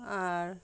আর